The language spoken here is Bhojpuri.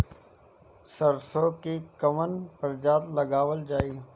सरसो की कवन प्रजाति लगावल जाई?